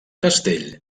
castell